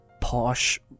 posh